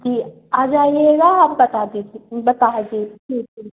जी आ जाइएगा आप बता दीजिए बता दी जी जी